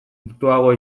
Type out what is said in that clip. urtuago